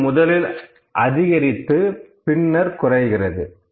இது முதலில் அதிகரித்து பின்னர் குறைகிறது